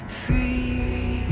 free